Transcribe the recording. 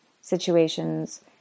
situations